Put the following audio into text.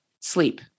sleep